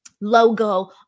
logo